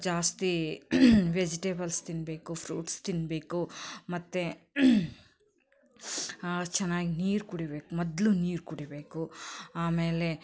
ಜಾಸ್ತಿ ವೆಜಿಟೇಬಲ್ಸ್ ತಿನ್ನಬೇಕು ಫ್ರೂಟ್ಸ್ ತಿನ್ನಬೇಕು ಮತ್ತು ಚೆನ್ನಾಗಿ ನೀರು ಕುಡಿಬೇಕು ಮೊದ್ಲು ನೀರು ಕುಡಿಯಬೇಕು ಆಮೇಲೆ